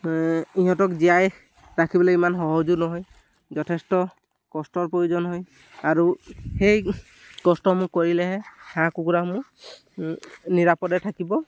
ইহঁতক জীয়াই ৰাখিবলে ইমান সহজো নহয় যথেষ্ট কষ্টৰ প্ৰয়োজন হয় আৰু সেই কষ্টসমূহ কৰিলেহে হাঁহ কুকুৰাসমূহ নিৰাপদে থাকিব